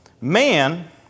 man